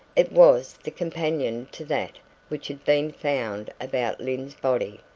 it was the companion to that which had been found about lyne's body.